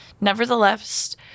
Nevertheless